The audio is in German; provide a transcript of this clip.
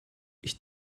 ich